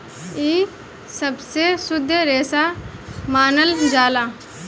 इ सबसे शुद्ध रेसा मानल जाला